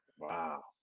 Wow